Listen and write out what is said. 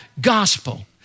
gospel